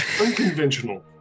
Unconventional